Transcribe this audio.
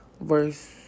verse